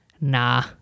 nah